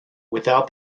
without